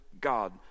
God